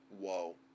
whoa